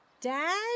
Dad